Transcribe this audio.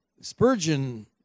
Spurgeon